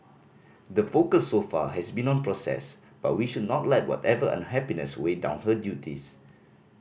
the focus so far has been on process but we should not let whatever unhappiness weigh down her duties